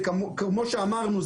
כמו שאמרנו,